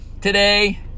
today